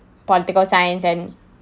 political science and